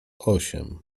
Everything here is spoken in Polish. osiem